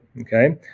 okay